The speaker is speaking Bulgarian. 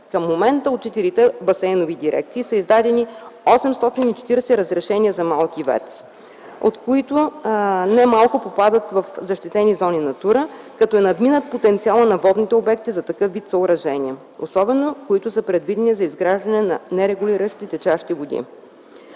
Към момента от 4-те басейнови дирекции са издадени 840 разрешения за малки ВЕЦ, от които немалко попадат в защитени зони „Натура 2000”, като е надминат потенциалът на водните обекти за такъв вид съоръжения, особено, които са предвидени за изграждане на нерегулирани течащи води.